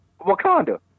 Wakanda